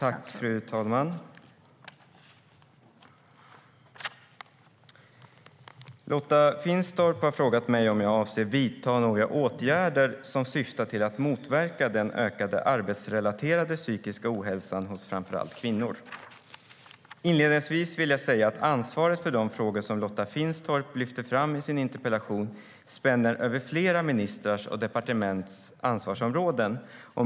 Fru talman! Lotta Finstorp har frågat mig om jag avser att vidta några åtgärder som syftar till att motverka den ökade arbetsrelaterade psykiska ohälsan hos framför allt kvinnor. Inledningsvis vill jag säga att ansvaret för de frågor som Lotta Finstorp lyfter fram i sin interpellation spänner över flera ministrars och departements ansvarsområden.